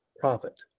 profit